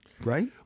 right